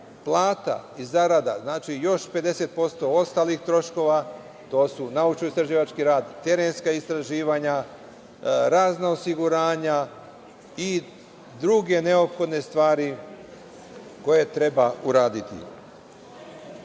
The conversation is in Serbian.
plata i zarada, znači, još 50% ostalih troškova, to su naučno-istraživački rad, terenska istraživanja, razna osiguranja i druge neophodne stvari koje treba